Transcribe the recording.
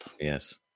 Yes